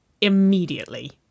immediately